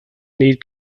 need